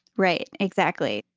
right, exactly.